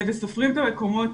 וסופרים את המקומות,